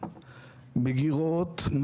מגירות,